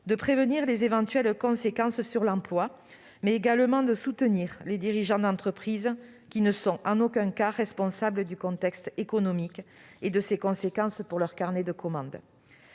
à prévenir les éventuelles conséquences sur l'emploi, mais aussi à soutenir les dirigeants d'entreprise qui ne sont en aucun cas responsables du contexte économique et de ses conséquences sur leurs carnets de commandes.